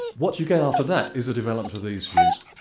what you get after that is the development of these views.